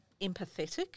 empathetic